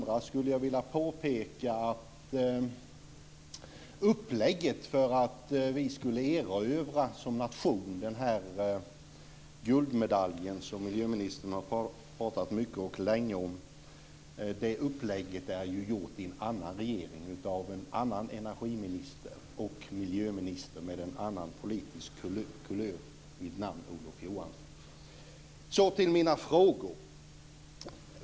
Jag skulle också vilja påpeka att upplägget för att vi som nation ska kunna erövra den guldmedalj som miljöministern har pratat mycket och länge om är gjort av en annan regering och av en annan energioch miljöminister, med en annan politisk kulör, vid namn Olof Johansson. Så till mina frågor.